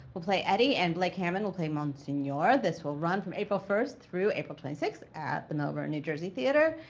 will play eddie, and blake hammond will play monsignor. this will run from april first through april twenty sixth at the millburn, new jersey theater.